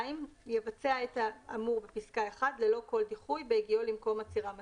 יבצע את האמור בפסקה (1) ללא כל דיחוי בהגיעו למקום עצירה מתאים,